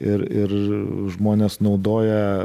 ir ir žmonės naudoja